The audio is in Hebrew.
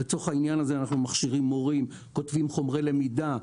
אנחנו מכשירים מורים, כותבים חומרי למידה,